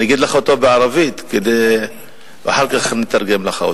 אני אגיד אותו בערבית ואחר כך אתרגם לך אותו: